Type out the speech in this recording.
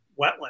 wetland